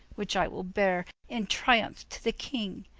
which i will beare in triumph to the king,